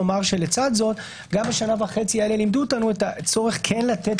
לצד זאת גם השנה וחצי האלה לימדו אותנו את הצורך לתת